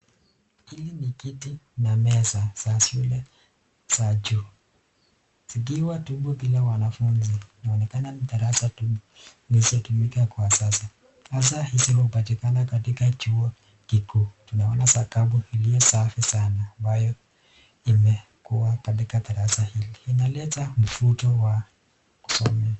Hili ni kiti na meza za shule za juu. Zikiwa tupu bila wanafunzi inaonekana ni darasa tuu ilizotumika kwa sasa. Sasa hizi hupatikana katika chuo kikuu. Tunaona sakafu iliyo safi sana ambayo imekuwa katika darasa hili. Inaleta mvuto wa kusomea.